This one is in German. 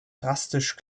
drastisch